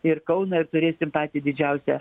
ir kauną ir turėsim patį didžiausią